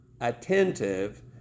attentive